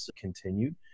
continued